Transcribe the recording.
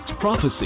prophecy